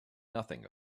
nothing